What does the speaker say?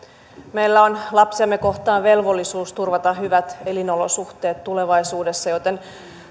meillä on lapsiamme kohtaan velvollisuus turvata hyvät elinolosuhteet tulevaisuudessa joten